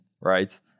right